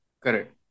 Correct